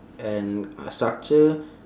and uh structure